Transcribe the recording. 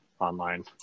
online